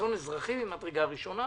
אסון אזרחי ממדרגה ראשונה,